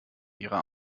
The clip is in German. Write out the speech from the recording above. ihrer